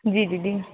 जी दीदी